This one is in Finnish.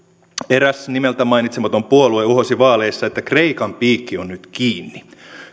eräs nimeltä mainitsematon puolue uhosi vaaleissa että kreikan piikki on nyt kiinni